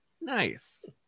Nice